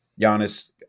Giannis